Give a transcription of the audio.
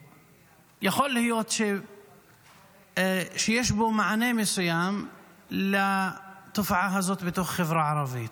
יכול להיות שיש בו מענה מסוים לתופעה הזאת בתוך החברה הערבית,